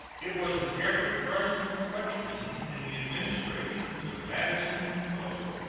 it was an ever-present question in the administrations of madison, monroe,